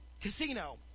casino